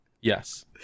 Yes